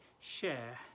share